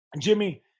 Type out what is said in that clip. Jimmy